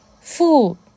fool